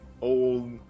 old